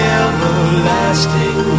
everlasting